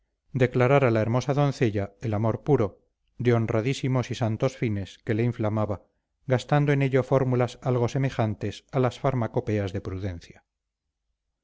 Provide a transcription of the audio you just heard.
declarar a la hermosa doncella el amor puro de honradísimos y santos fines que le inflamaba gastando en ello fórmulas algo semejantes a las